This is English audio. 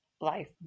life